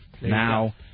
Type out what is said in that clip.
Now